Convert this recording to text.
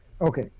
Okay